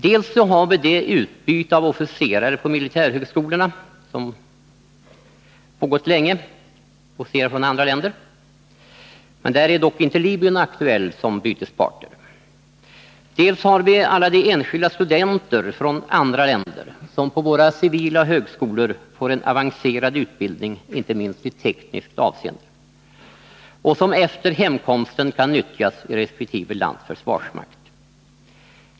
Dels har vi det utbyte av officerare från andra länder på militärhögskolorna som pågått länge. Här är dock inte Libyen aktuell som bytespartner. Dels har vi alla de enskilda studenter från andra länder som på våra civila högskolor får en avancerad utbildning inte minst i tekniskt avseende och som efter hemkomsten kan nyttjas i resp. lands försvarsmakt.